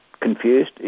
confused